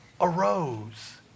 arose